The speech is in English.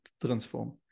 transform